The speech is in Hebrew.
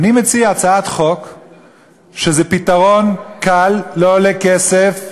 אני מציע הצעת חוק שזה פתרון קל, לא עולה כסף,